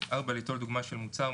ליטול דוגמה של מוצר,